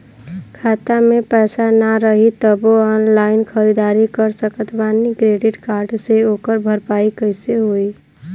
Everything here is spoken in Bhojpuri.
खाता में पैसा ना रही तबों ऑनलाइन ख़रीदारी कर सकत बानी क्रेडिट कार्ड से ओकर भरपाई कइसे होई?